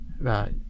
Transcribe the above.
Right